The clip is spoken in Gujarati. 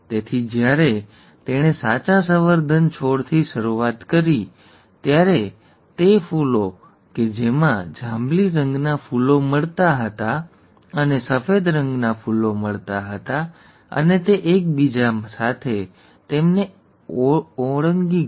તેથી જ્યારે તેણે સાચા સંવર્ધન છોડથી શરૂઆત કરી ત્યારે તે ફૂલો કે જેમાં જાંબલી રંગના ફૂલો મળતા હતા અને સફેદ રંગના ફૂલો મળતા હતા અને તે એકબીજા સાથે તેમને ઓળંગી ગયો